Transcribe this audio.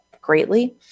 greatly